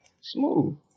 smooth